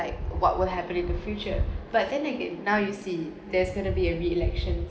what will happen in the future but then again now you see there's gonna be a re-election